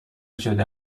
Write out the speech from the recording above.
شده